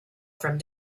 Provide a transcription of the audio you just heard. from